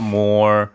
more